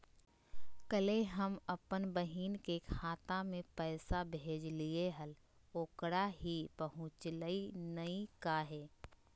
कल्हे हम अपन बहिन के खाता में पैसा भेजलिए हल, ओकरा ही पहुँचलई नई काहे?